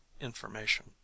information